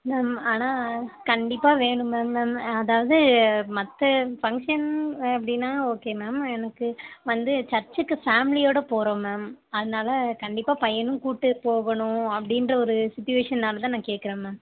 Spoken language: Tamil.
மேம் ஆனால் கண்டிப்பாக வேணும் மேம் மேம் அதாவது மற்ற ஃபங்க்ஷன் அப்படின்னா ஓகே மேம் எனக்கு வந்து சர்ச்சுக்கு ஃபேம்லியோட போகறோம் மேம் அதனால் கண்டிப்பாக பையனும் கூபிட்டு போகணும் அப்படின்ற ஒரு சுச்சுவேஷன்னால தான் நான் கேட்குறேன் மேம்